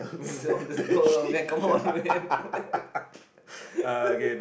on the door lah oh man come on man